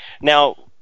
Now